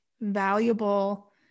valuable